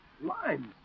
Limes